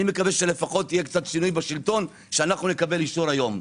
אני מקווה שיהיה לפחות שינוי בשלטון שנקבל אישור היום.